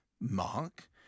Mark